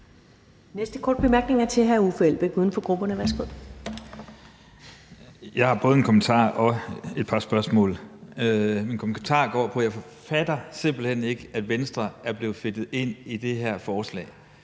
Næste korte bemærkning er til hr. Uffe Elbæk, uden for grupperne. Værsgo. Kl. 21:53 Uffe Elbæk (UFG): Jeg har både en kommentar og et par spørgsmål. Min kommentar går på, at jeg simpelt hen ikke fatter, at Venstre er blevet fedtet ind i det her forslag.